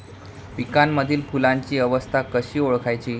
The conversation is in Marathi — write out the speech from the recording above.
पिकांमधील फुलांची अवस्था कशी ओळखायची?